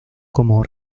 como